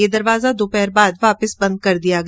ये दरवाजा दोपहर बाद वापस बंद कर दिया गया